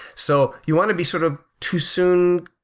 so you want to be sort of too soon,